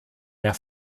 mehr